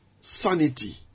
sanity